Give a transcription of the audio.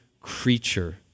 creature